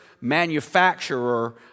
manufacturer